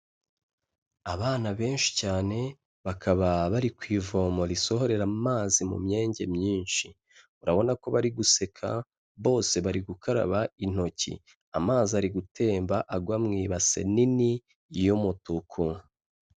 Abana benshi cyane bakaba bari ku ivomo risohorera amazi mu myenge myinshi, urabona ko bari guseka, bose bari gukaraba intoki, amazi ari gutemba agwa mui ibase nini y'umutuku.